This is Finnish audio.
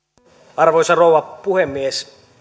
arvoisa rouva puhemies